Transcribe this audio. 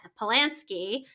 Polanski